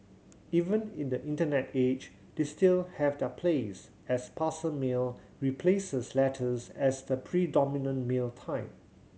even in the Internet age they still have their place as parcel mail replaces letters as the predominant mail type